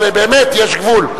אבל באמת יש גבול.